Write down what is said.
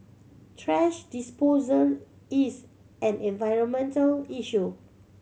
trash disposal is an environmental issue